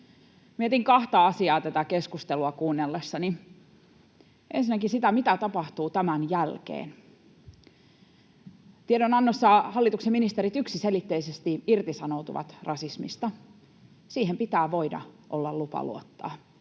Mietin kahta asiaa tätä keskustelua kuunnellessani: Ensinnäkin sitä, mitä tapahtuu tämän jälkeen. Tiedonannossa hallituksen ministerit yksiselitteisesti irtisanoutuvat rasismista. Siihen pitää voida olla lupa luottaa.